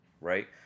right